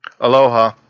Aloha